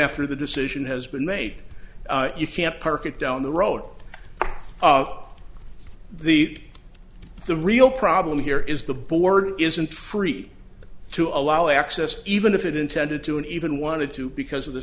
after the decision has been made you can't park it down the road up the the real problem here is the board isn't free to allow access even if it intended to and even wanted to because of the